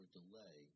delay